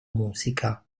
musica